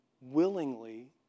willingly